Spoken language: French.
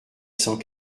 cent